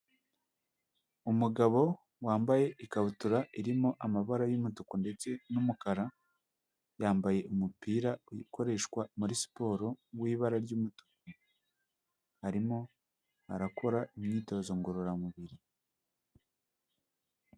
Umugabo wambaye ikabutura irimo amabara y'umutuku ndetse n'umukara, yambaye umupira ukoreshwa muri siporo w'ibara ry'umutuku arimo arakora imyitozo ngororamubiri.